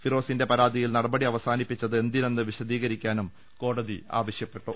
ഫിറോസിന്റെ പരാതിയിൽ നടപടി അവസാനിപ്പിച്ചത് എന്തിനെന്ന് വിശദീകരിക്കാനും കോടതി ആവ ശ്യപ്പെട്ടു